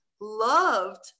loved